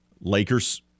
Lakers